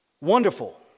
wonderful